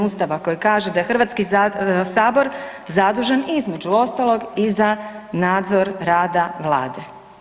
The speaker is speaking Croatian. Ustava koji kaže da je Hrvatski sabor zadužen između ostalog i za nadzor rada Vlade.